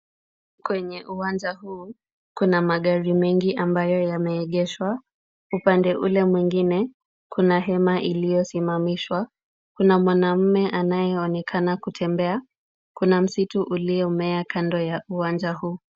Kwenye uwanja huu kuna magari mengi ambayo yameegeshwa. upande ule mwingine kuna hema iliosimamishwa ,kuna mwanaume anayeonekana kutembea, kuna msitu uliomea kando ya uwanja huu.